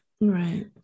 right